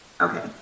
Okay